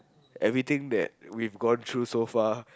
everything that we've gone through so far